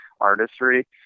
artistry